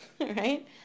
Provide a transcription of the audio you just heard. right